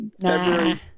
February